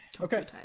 Okay